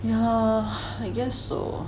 yeah I guess so